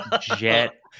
jet